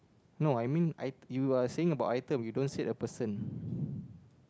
no I mean I you are saying about item you don't said a person